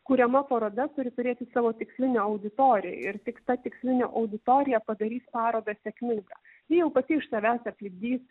kuriama paroda turi turėti savo tikslinę auditoriją ir tik ta tikslinė auditorija padarys parodą sėkmingą ji jau pati iš savęs aplipdys